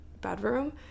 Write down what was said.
bedroom